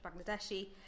Bangladeshi